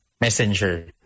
Messenger